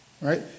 Right